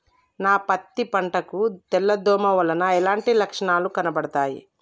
నా పత్తి పంట కు తెల్ల దోమ వలన ఎలాంటి లక్షణాలు కనబడుతాయి?